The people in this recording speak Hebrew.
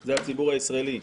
זה הציבור הישראלי.